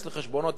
באופן אוטומטי,